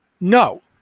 No